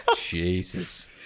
jesus